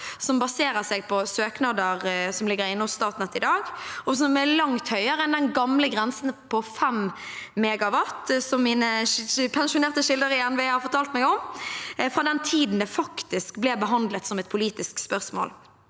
som baserer seg på søknader som ligger inne hos Statnett i dag, og som er langt høyere enn den gamle grensen på 5 MW, som mine pensjonerte kilder i NVE har fortalt meg om, fra den tiden det faktisk ble behandlet som et politisk spørsmål,